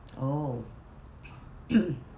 oh